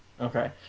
okay